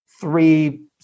Three